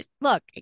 look